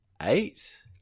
eight